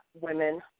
women